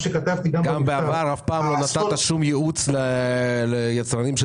אף פעם לא נתת שום ייעוץ ליצרנים של